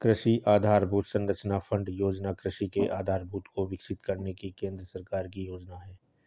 कृषि आधरभूत संरचना फण्ड योजना कृषि के आधारभूत को विकसित करने की केंद्र सरकार की योजना है